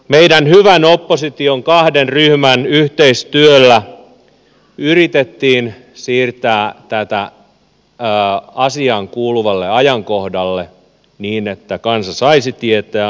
meidän hyvän opposition kahden ryhmän yhteistyöllä yritettiin siirtää tätä asiaan kuuluvalle ajankohdalle niin että kansa saisi tietää asiasta